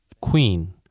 Queen